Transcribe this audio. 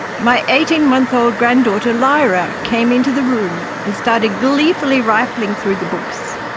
my eighteen month-old grand-daughter lyra came into the room and started gleefully rifling through the books.